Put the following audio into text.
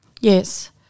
Yes